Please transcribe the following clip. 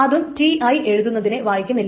അതും Ti എഴുതുന്നതിനെ വായിക്കുന്നില്ല